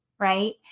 Right